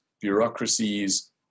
bureaucracies